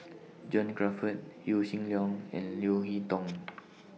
John Crawfurd Yaw Shin Leong and Leo Hee Tong